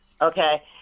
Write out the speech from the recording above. okay